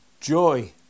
joy